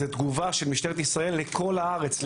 זו תגובה של משטרת ישראל לכל הארץ,